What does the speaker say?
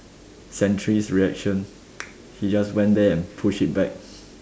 sentry's reaction he just went there and push it back